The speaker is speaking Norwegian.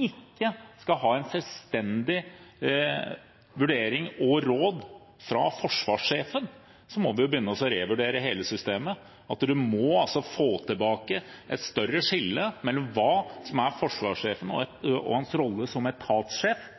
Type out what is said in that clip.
ikke skal ha selvstendig vurdering og råd fra forsvarssjefen, må vi begynne å revurdere hele systemet. Vi må få tilbake et større skille mellom hva som er forsvarssjefens rolle som etatssjef,